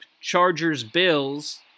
Chargers-Bills